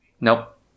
Nope